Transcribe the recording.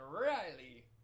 Riley